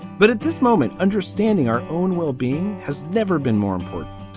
but at this moment, understanding our own well-being has never been more important.